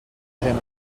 him